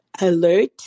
alert